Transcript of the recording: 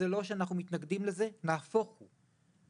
וזה לא שאנחנו מתנגדים לזה נהפוך הוא,